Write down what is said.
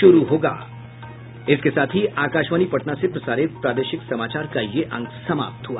इसके साथ ही आकाशवाणी पटना से प्रसारित प्रादेशिक समाचार का ये अंक समाप्त हुआ